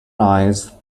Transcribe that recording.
eyes